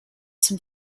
zum